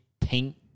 pink